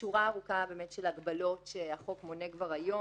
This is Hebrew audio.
שורה ארוכה באמת של הגבלות שהחוק מונה כבר היום,